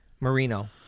Marino